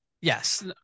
yes